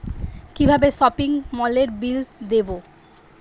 কিভাবে সপিং মলের বিল দেবো?